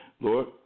Lord